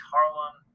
Harlem